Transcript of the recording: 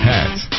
Hats